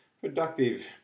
productive